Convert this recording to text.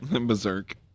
Berserk